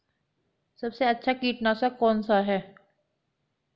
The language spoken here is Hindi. सबसे अच्छा कीटनाशक कौन सा है?